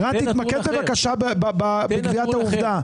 ערן, תתמקד בבקשה בקביעת העובדה.